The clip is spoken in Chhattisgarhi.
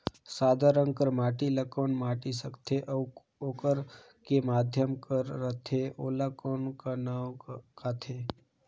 सादा रंग कर माटी ला कौन माटी सकथे अउ ओकर के माधे कर रथे ओला कौन का नाव काथे?